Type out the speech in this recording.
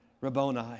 Rabboni